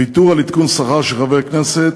(ויתור על עדכון שכר של חבר הכנסת),